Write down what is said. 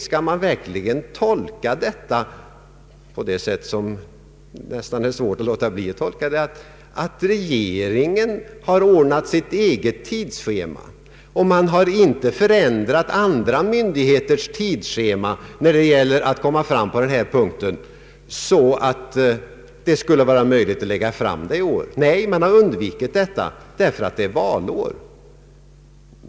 Skall man verkligen tolka detta så att regeringen har med tanke härpå gjort upp sitt eget tidssehema? Man har heller inte ändrat andra myndigheters tidsscheman på denna punkt så att det skulle bli möjligt att lägga fram förslaget i år. Man skulle undvikit detta därför att det är valår.